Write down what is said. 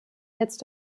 jetzt